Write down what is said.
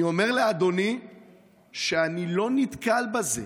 אני אומר לאדוני שאני לא נתקל בזה.